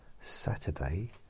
Saturday